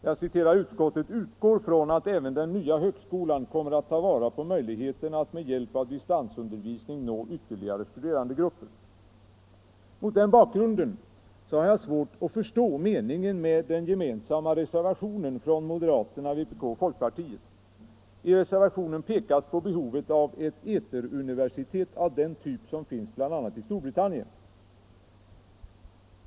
Jag citerar: ”Utskottet utgår från att även den nya högskolan kommer att ta vara på möjligheterna att med hjälp av distansundervisning nå ytterligare studerandegrupper.” Mot den bakgrunden har jag svårt att förstå meningen med den gemensamma reservationen från moderaterna, vpk och folkpartiet. I reservationen pekas på behovet av ett eteruniversitet av den typ som finns bl.a. i Storbritannien.